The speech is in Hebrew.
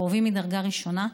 קרובים מדרגה ראשונה,